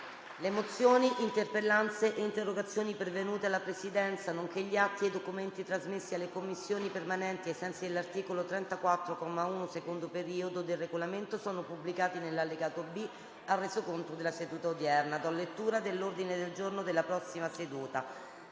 Le mozioni, le interpellanze e le interrogazioni pervenute alla Presidenza, nonché gli atti e i documenti trasmessi alle Commissioni permanenti ai sensi dell'articolo 34, comma 1, secondo periodo, del Regolamento sono pubblicati nell'allegato B al Resoconto della seduta odierna. **Ordine del giorno per la seduta